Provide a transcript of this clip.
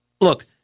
Look